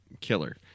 Killer